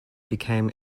became